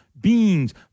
Beans